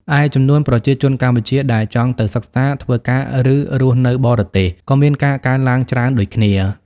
ឯ ចំនួនប្រជាជនកម្ពុជាដែលចង់ទៅសិក្សា ធ្វើការ ឬរស់នៅបរទេសក៏មានការកើនឡើងច្រើនដូចគ្នា។